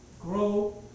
Grow